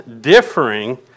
differing